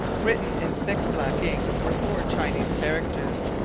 written in thick black ink were four chinese characters,